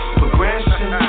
progression